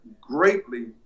greatly